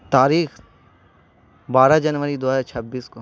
تاریخ بارہ جنوری دو ہزار چھبیس کو